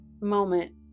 moment